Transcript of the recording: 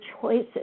choices